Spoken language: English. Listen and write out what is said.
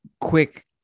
quick